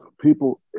People